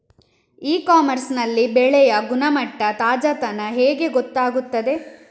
E commerce ನಲ್ಲಿ ಬೆಳೆಯ ಗುಣಮಟ್ಟ, ತಾಜಾತನ ಹೇಗೆ ಗೊತ್ತಾಗುತ್ತದೆ?